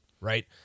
Right